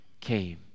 came